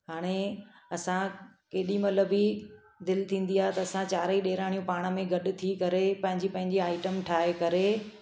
हाणे असां केॾी महिल बि दिलि थींदी आहे त असां चारि ई ॾेराणियूं पाण में गॾु थी करे पंहिंजी पंहिंजी आइटम ठाहे करे